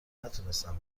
نتونستم